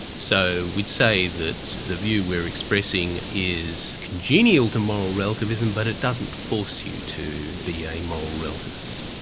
so we'd say that the view we're expressing is congenial to moral relativism, but it doesn't force you to be a moral relativist.